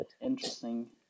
Interesting